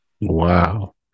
Wow